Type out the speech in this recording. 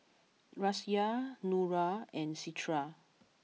Raisya Nura and Citra